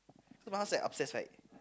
so my house like upstairs right